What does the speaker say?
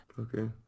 Okay